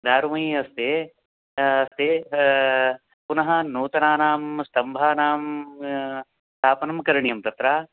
दारुमयी अस्ति अस्ति पुनः नूतनानां स्तम्भानां स्थापनं करणीयं तत्र